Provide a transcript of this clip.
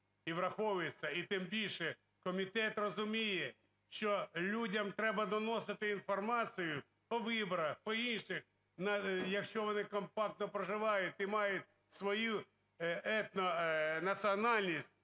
І враховується. І тим більше, комітет розуміє, що людям треба доносити інформацію по виборах, по інших, якщо вони компактно проживають і мають свою етнонаціональність,